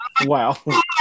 Wow